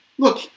Look